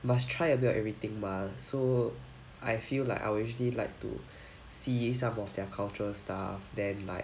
must try a bit of everything mah so I feel like I will usually like to see some of their cultural stuff then like